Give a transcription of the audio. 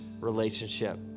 relationship